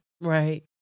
Right